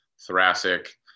thoracic